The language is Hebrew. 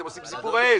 אתם עושים סיפור העז.